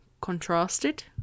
contrasted